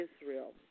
Israel